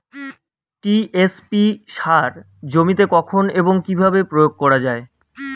TSP সার জমিতে কখন এবং কিভাবে প্রয়োগ করা য়ায়?